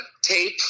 tape